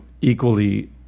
equally